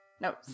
no